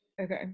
Okay